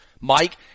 Mike